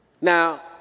Now